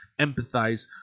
empathize